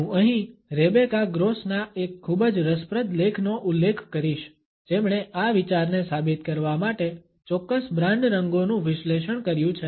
હું અહીં રેબેકા ગ્રોસના એક ખૂબ જ રસપ્રદ લેખનો ઉલ્લેખ કરીશ જેમણે આ વિચારને સાબિત કરવા માટે ચોક્કસ બ્રાન્ડ રંગોનું વિશ્લેષણ કર્યું છે